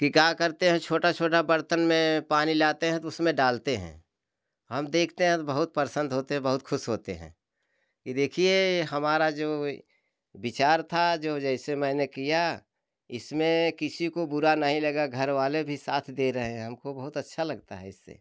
कि का करते हैं छोटा छोटा बर्तन में पानी लाते हैं तो उसमें डालते हैं हम देखते हैं तो बहुत परसंद होते बहुत खुश होते हैं कि देखिए हमारा जो ये विचार था जो जैसे मैंने किया इसमें किसी को बुरा नहीं लगा घर वाले भी साथ दे रहे हैं हमको बहुत अच्छा लगता है इससे